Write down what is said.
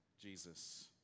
jesus